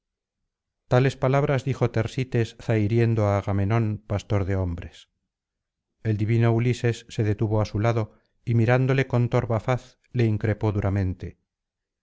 tales palabras dijo tersites zahiriendo á agamenón pastor de hombres el divino ulises se detuvo á su lado y mirándole con torva faz le increpó duramente